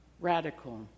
radical